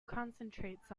concentrates